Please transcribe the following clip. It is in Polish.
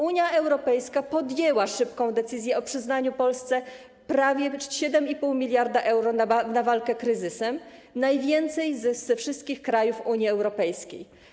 Unia Europejska podjęła szybką decyzję o przyznaniu Polsce prawie 7,5 mld euro na walkę z kryzysem, najwięcej ze wszystkich krajów Unii Europejskiej.